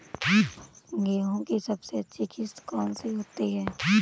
गेहूँ की सबसे अच्छी किश्त कौन सी होती है?